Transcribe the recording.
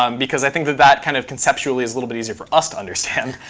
um because i think that that kind of conceptually is a little bit easier for us to understand.